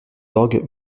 orgues